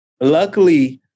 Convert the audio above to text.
luckily